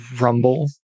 rumble